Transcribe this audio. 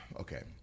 Okay